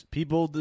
People